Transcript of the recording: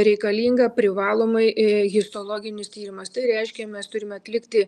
reikalinga privalomai į histologinius tyrimas tai reiškia mes turim atlikti